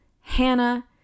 Hannah